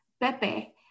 pepe